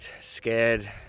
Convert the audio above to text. scared